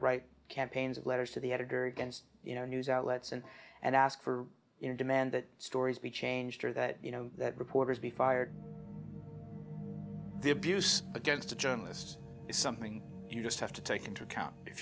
write campaigns of letters to the editor against you know news outlets and and ask for your demand that stories be changed or that you know that reporters be fired the abuse against the journalists is something you just have to take into account if